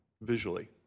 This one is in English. visually